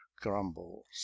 grumbles